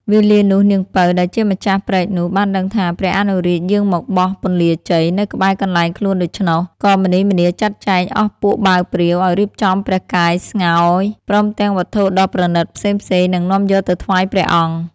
វេលានោះនាង ពៅ ដែលជាម្ចាស់ព្រែកនោះ បានដឹងថា ព្រះអនុរាជយាងមកបោះពន្លាជ័យ នៅក្បែរកន្លែងខ្លួនដូច្នោះ ក៏ម្នីម្នាចាត់ចែងអស់ពួកបាវព្រាវ ឲ្យរៀបចំព្រះក្រាយស្ងោយ ព្រមទាំងវត្ថុដ៏ប្រណីតផ្សេងៗ នឹងនាំយកទៅថ្វាយព្រះអង្គ ។